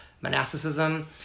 monasticism